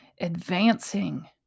advancing